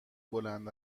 بلند